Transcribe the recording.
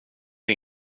det